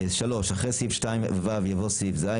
אחרי סעיף 2(ו) יבוא סעיף (ז),